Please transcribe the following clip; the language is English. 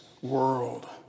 World